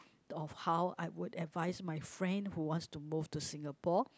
of how I would advise my friend who wants to move to Singapore